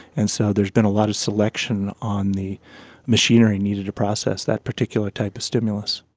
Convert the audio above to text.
and so there has been a lot of selection on the machinery needed to process that particular type of stimulus.